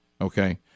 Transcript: Okay